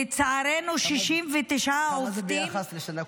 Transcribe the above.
לצערנו 69 עובדים --- כמה זה ביחס לשנה הקודמת?